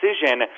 decision